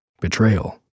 betrayal